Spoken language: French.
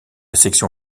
section